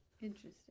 interesting